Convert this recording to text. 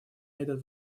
этот